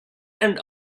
and